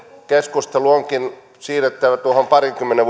keskustelu onkin siirrettävä parinkymmenen